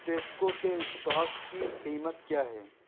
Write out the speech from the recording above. Tesco کے stock کی قیمت کیا ہے